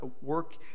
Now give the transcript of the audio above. work